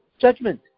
judgment